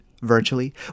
virtually